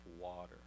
water